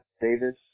Davis